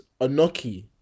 Anoki